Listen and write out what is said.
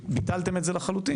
ביטלתם את זה לחלוטין.